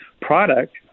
product